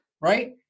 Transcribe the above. Right